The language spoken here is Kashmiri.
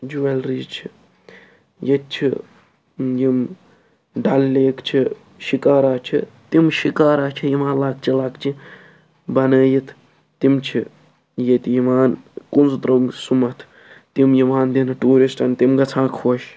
جیویٚلری چھِ ییٚتہِ چھِ یِم ڈل لیک چھِ شِکارا چھِ تِم شِکارا چھِ یِوان لۅکچہِ لۅکچہِ بَنٲوِتھ تِم چھِ ییٚتہِ یِوان کُنٛزٕ ترٛوٚنٛگ سُمتھ تم یِوان دِنہٕ ٹیٛوٗرِسٹَن تِم گَژھان خۄش